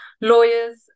lawyers